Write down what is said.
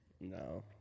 No